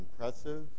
impressive